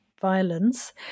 violence